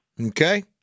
Okay